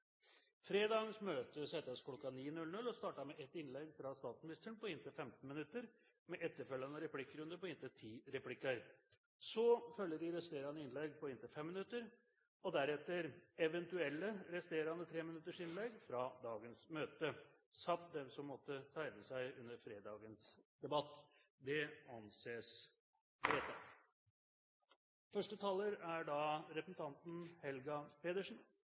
Fredagens møte settes kl. 09.00 og starter med et innlegg fra statsministeren på inntil 15 minutter, med etterfølgende replikkrunde på inntil ti replikker. Så følger de resterende innleggene på inntil 5 minutter, og deretter eventuelle resterende 3-minutters innlegg fra dagens møte samt de som melder seg under fredagens debatt. – Det anses vedtatt.